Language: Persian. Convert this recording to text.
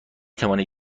توانید